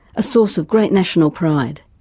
a source of great national pride.